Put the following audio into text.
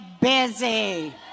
busy